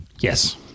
Yes